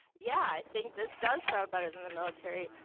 yeah, i think this does sound better than the military.